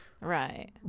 Right